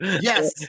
Yes